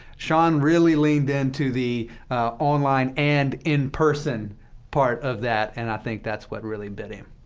sean really leaned into the online and in-person part of that, and i think that's what really bit him.